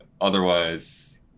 otherwise